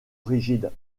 rigides